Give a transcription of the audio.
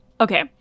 Okay